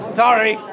sorry